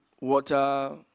water